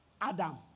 Adam